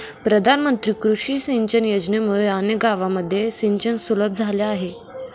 प्रधानमंत्री कृषी सिंचन योजनेमुळे अनेक गावांमध्ये सिंचन सुलभ झाले आहे